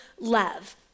love